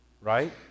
right